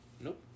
Nope